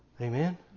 Amen